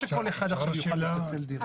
נכון.